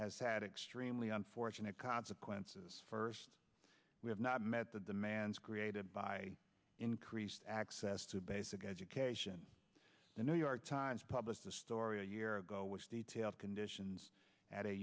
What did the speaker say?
has had extremely unfortunate consequences first we have not met the demands created by increased access to basic education the new york times published a story a year ago which details conditions at a